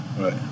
Right